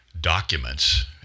documents